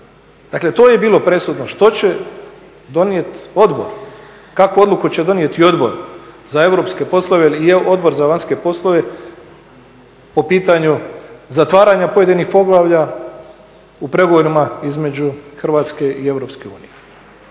Dakle to je bilo presudno što će donijeti odbor, kakvu odluku će donijeti Odbor za europske poslove ili Odbor za vanjske poslove po pitanju zatvaranja pojedinih poglavlja u pregovorima između Hrvatske i Europske unije.